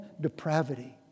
depravity